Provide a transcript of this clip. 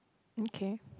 okay